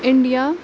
India